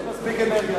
יש לי מספיק אנרגיה.